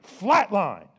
flatlined